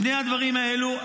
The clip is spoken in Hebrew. שני הדברים האלה,